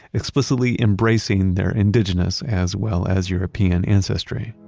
explicitly embracing their indigenous as well as european ancestry